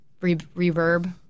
reverb